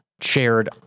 shared